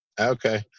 Okay